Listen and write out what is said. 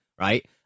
right